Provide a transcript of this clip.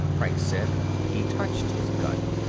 franks said. he touched his gun.